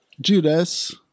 Judas